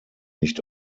nicht